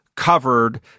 covered